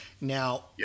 Now